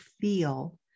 feel